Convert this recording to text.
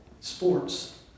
sports